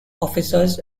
officers